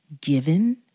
Given